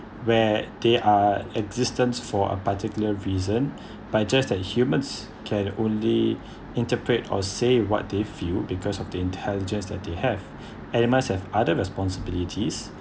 where they are existence for a particular reason by just that humans can only interpret or say what they feel because of the intelligence that they have animals have other responsibilities